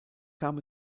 kam